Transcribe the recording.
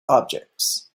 objects